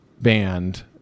band